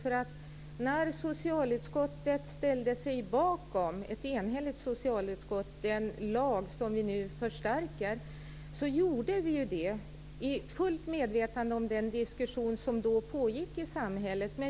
När ett enhälligt socialutskott ställde sig bakom den lag som vi nu förstärker gjorde vi ju det i fullt medvetande om den diskussion som då pågick i samhället.